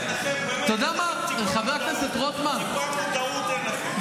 טיפת מודעות אין לכם.